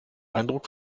eindruck